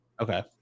Okay